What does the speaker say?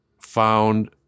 found